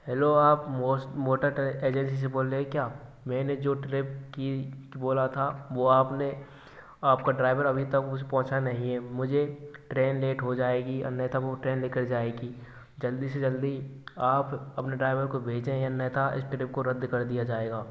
hello आप motor agency से बोल रहें क्या मैंने जो ट्रैक की बोला था वह आपने आपका ड्राइवर अभी तक उस पहुँचा नहीं है मुझे ट्रेन लेट हो जाएगी अन्यथा वह ट्रेन निकल जल्दी से जल्दी आप अपने ड्राइवर को भेजें अन्यथा इस ट्रिप को रद्द कर दिया जाएगा